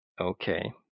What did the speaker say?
Okay